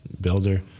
builder